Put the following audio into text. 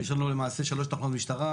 יש לנו למעשה שלוש תחנות משטרה: